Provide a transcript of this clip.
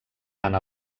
tant